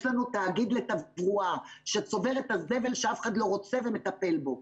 יש לנו תאגיד לתברואה שצובר את הזבל שאף אחד לא רוצה ומטפל בו,